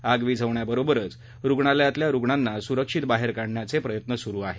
आग विझवण्याबरोबरच रुग्णालयातल्या रुग्णांना सुरक्षित बाहेर काढण्याचे प्रयत्न सुरु आहेत